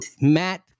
Matt